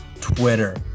Twitter